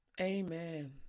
Amen